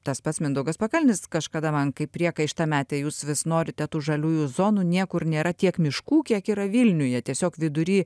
tas pats mindaugas pakalnis kažkada man kaip priekaištą metė jūs vis norite tų žaliųjų zonų niekur nėra tiek miškų kiek yra vilniuje tiesiog vidury